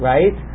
Right